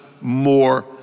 more